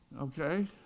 Okay